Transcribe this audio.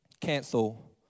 cancel